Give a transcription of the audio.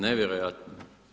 Nevjerojatno.